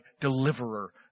deliverer